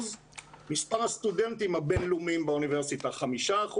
מספר הסטודנטים הבינלאומיים באוניברסיטה 5%,